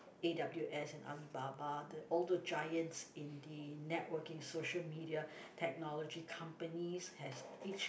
A_W_S and Alibaba the all the giants in the networking social media technology companies has each